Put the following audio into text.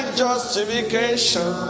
justification